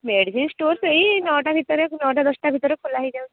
medicine store ସେହି ନଅଟା ଭିତରେ ନଅଟା ଦଶଟା ଭିତରେ ଖୋଲା ହେଇଯାଉ